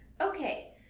Okay